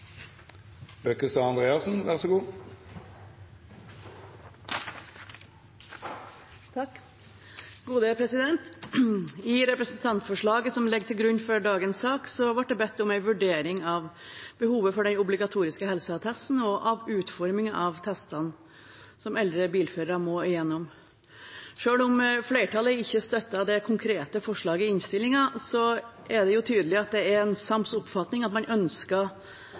bedt om en vurdering av behovet for den obligatoriske helseattesten og av utformingen av testene som eldre bilførere må gjennom. Selv om flertallet ikke støtter det konkrete forslaget i innstillingen, er det tydelig at det er en sams oppfatning at man ønsker